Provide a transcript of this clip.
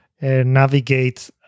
navigate